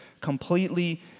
completely